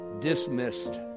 dismissed